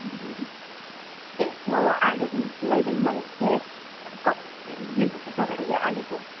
ए म आलुहरू पनि लैजाउँ भनेको थिएँ कसरी चाहिँ दिनुहुँदैछ मलाई यो आलुको